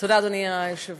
תודה, אדוני היושב-ראש.